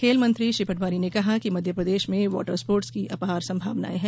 खेल मंत्री श्री पटवारी ने कहा कि मध्यप्रदेश में वाटर स्पोर्टस की अपार संभावनाएँ हैं